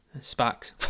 Sparks